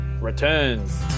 returns